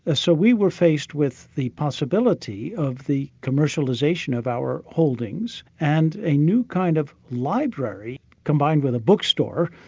ah so we were faced with the possibility of the commercialisation of our holdings, and a new kind of library combined with a bookstore,